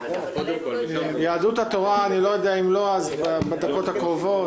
יהדות התורה אם לא, אז בדקות הקרובות.